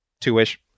two-ish